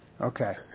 Okay